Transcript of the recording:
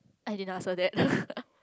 I didn't ask her that